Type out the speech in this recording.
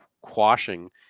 quashing